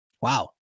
Wow